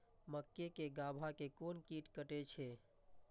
मक्के के गाभा के कोन कीट कटे छे?